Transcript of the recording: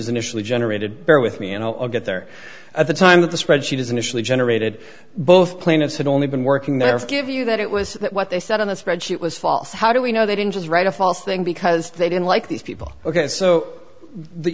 initially generated bear with me and i'll get there at the time that the spreadsheet is initially generated both plaintiffs had only been working there for give you that it was what they said on the spreadsheet was false how do we know they didn't just write a false thing because they didn't like these people ok so the